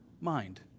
mind